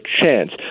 chance